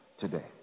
today